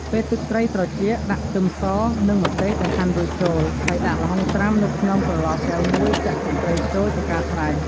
ពេលទឹកត្រីត្រជាក់ ដាក់ខ្ទឹមស និងម្ទេសដែលហាន់រួចចូល ហើយដាក់ល្ហុងត្រាំនៅក្នុងក្រឡកែវមួយចាក់ទឹកត្រីចូលជាការស្រេច។